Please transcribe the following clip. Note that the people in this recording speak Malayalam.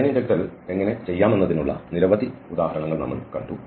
ഇത് എങ്ങനെ ചെയ്യാമെന്നതിനുള്ള നിരവധി ഉദാഹരണങ്ങൾ നമ്മൾ കണ്ടു